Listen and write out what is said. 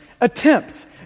attempts